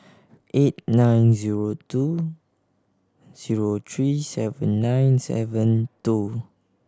eight nine zero two zero three seven nine seven two